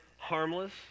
Harmless